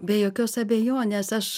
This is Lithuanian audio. be jokios abejonės aš